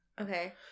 Okay